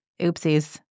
oopsies